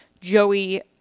Joey